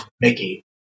Mickey